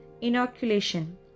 inoculation